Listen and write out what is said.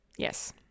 Yes